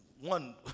one